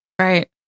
Right